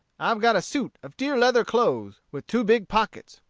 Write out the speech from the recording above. i've got a suit of deer-leather clothes, with two big pockets.